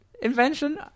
Invention